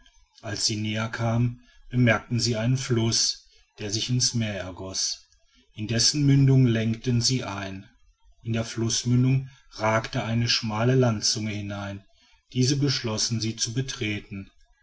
als sie näher kamen bemerkten sie einen fluß der sich in's meer ergoß in dessen mündung lenkten sie ein in die flußmündung ragte eine schmale landzunge hinein diese beschlossen sie zu betreten